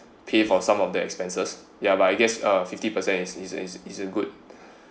pay for some of the expenses yeah but I guess uh fifty percent is is is is a good